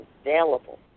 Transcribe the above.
available